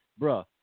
Bruh